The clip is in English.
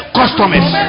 customers